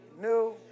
New